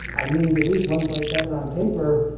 i need at least one point seven on paper,